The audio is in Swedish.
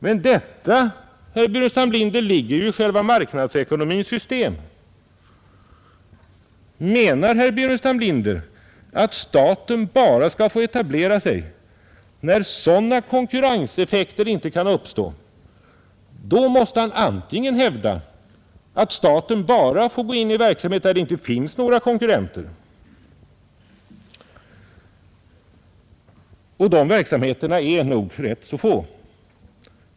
Men detta, herr Burenstam Linder, ligger ju i själva marknadsekonomins system. Menar herr Burenstam Linder att staten bara skall få etablera sig när sådana konkurrenseffekter inte kan uppstå? Då måste han hävda att staten bara får gå in i verksamheter där det inte finns några konkurrenter, och de verksamheterna är nog rätt så få.